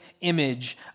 image